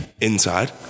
inside